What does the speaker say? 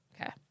Okay